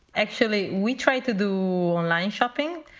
actually, we tried to do online shopping,